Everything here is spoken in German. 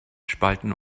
spalten